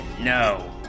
No